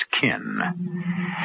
kin